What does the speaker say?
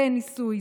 זה ניסוי.